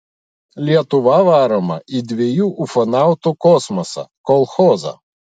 lietuva varoma į dviejų ufonautų kosmosą kolchozą